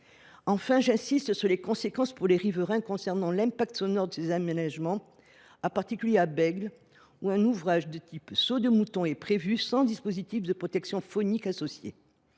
Enfin, j’insiste sur les conséquences, pour les riverains, des nuisances sonores liées à ces aménagements, en particulier à Bègles, où un ouvrage de type saut de mouton est prévu sans dispositif de protection phonique associé.